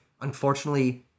unfortunately